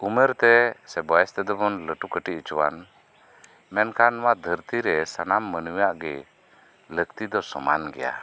ᱩᱢᱮᱨ ᱛᱮ ᱥᱮ ᱵᱚᱭᱚᱥ ᱛᱮᱫᱚᱵᱚᱱ ᱞᱟᱹᱡᱴᱩ ᱠᱟᱹᱴᱤᱡ ᱚᱪᱚᱭᱟᱱ ᱢᱮᱱᱠᱷᱟᱱ ᱱᱚᱣᱟ ᱫᱷᱟᱹᱨᱛᱤ ᱨᱮ ᱥᱟᱱᱟᱢ ᱢᱟᱹᱱᱢᱤᱭᱟᱜ ᱜᱮ ᱞᱟᱹᱠᱛᱤ ᱫᱚ ᱥᱚᱢᱟᱱ ᱜᱮᱭᱟ